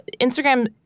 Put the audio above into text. Instagram